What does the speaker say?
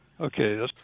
Okay